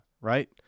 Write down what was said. Right